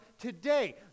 today